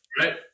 right